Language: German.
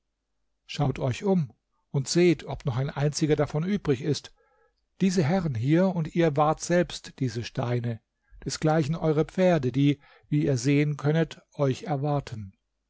schaut euch um und seht ob noch ein einziger davon übrig ist diese herren hier und ihr ward selbst diese steine desgleichen auch eure pferde die wie ihr sehen könnet euch erwarten